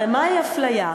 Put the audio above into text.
הרי מהי הפליה?